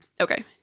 Okay